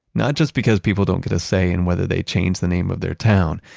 not just because people don't get a say in whether they change the name of their town,